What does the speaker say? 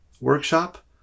workshop